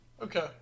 Okay